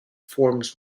forms